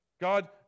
God